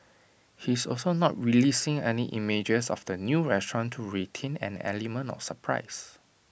he's also not releasing any images of the new restaurant to retain an element of surprise